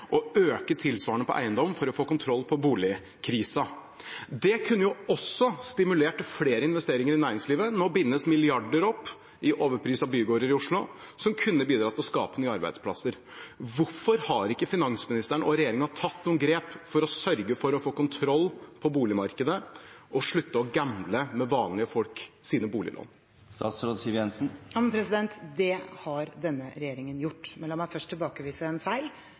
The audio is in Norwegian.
øke den tilsvarende på eiendom for å få kontroll på boligkrisa. Det kunne også stimulert til flere investeringer i næringslivet. Nå bindes milliarder som kunne bidratt til å skape nye arbeidsplasser, opp i overprisede bygårder i Oslo. Hvorfor har ikke finansministeren og regjeringen tatt noen grep for å sørge for å få kontroll på boligmarkedet og slutte å gamble med vanlige folks boliglån? Ja, men det har denne regjeringen gjort. Men la meg først tilbakevise en